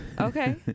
Okay